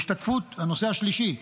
הנושא השלישי,